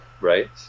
right